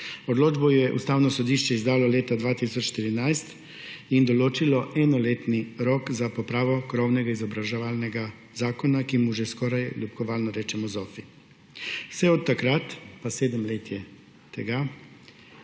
Odločbo je Ustavno sodišče izdalo leta 2013 in določilo enoletni rok za popravo krovnega izobraževalnega zakona, ki mu že skoraj ljubkovalno rečemo Zofi. Vse od takrat – sedem let je tega